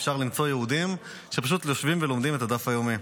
אפשר למצוא יהודים שפשוט יושבים ולומדים את הדף היומי.